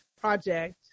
project